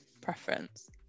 preference